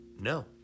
No